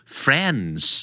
friends